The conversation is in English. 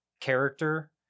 character